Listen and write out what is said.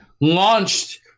launched